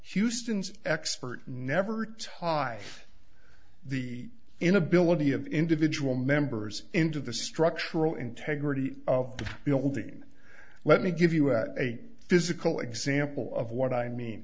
houston's expert never talk i the inability of individual members into the structural integrity of the building let me give you a physical example of what i mean